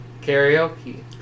karaoke